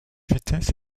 vitesse